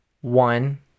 one